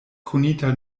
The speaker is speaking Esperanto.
konita